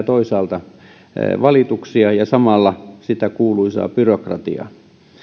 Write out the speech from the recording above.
toisaalta valituksia ja samalla sitä kuuluisaa byrokratiaa